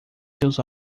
seus